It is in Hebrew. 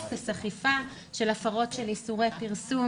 אפס אכיפה של הפרות של איסורי פרסום,